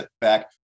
back